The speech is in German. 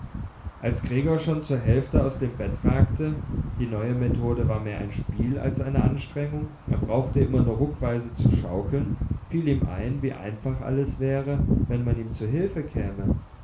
als gregor schon zur hälfte aus dem bette ragte die neue methode war mehr ein spiel als eine anstrengung er brauchte immer nur ruckweise zu schaukeln fiel ihm ein wie einfach alles wäre wenn man ihm zu hilfe käme